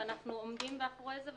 ואנחנו עומדים מאחורי זה.